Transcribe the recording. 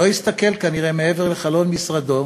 לא הסתכל כנראה מעבר לחלון משרדו,